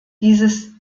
dieses